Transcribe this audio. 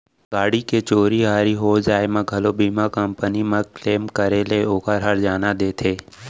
गाड़ी के चोरी हारी हो जाय म घलौ बीमा कंपनी म क्लेम करे ले ओकर हरजाना देथे